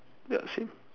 ya same ah